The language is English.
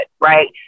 right